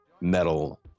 metal